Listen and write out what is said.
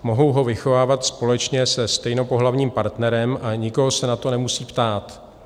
Mohou ho vychovávat společně se stejnopohlavním partnerem a nikoho se na to nemusí ptát.